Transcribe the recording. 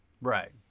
Right